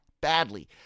badly